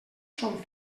són